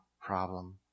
problem